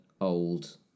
old